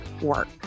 work